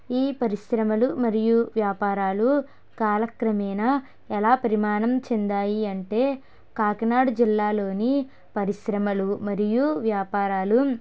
ఈ పరిశ్రమలు మరియు వ్యాపారాలు కాలక్రమేణ ఎలా పరిమాణం చెందాయి అంటే కాకినాడ జిల్లాలోని పరిశ్రమలు మరియు వ్యాపారాలు